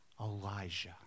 Elijah